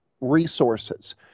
resources